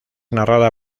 narrada